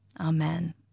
Amen